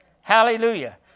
Hallelujah